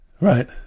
Right